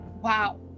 wow